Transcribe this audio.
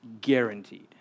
Guaranteed